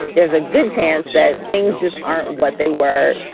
there's a good chance that things just aren't what they were,